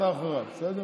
אתה אחריו, בסדר?